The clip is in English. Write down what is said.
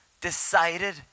decided